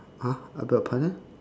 !huh! I beg your pardon